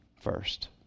first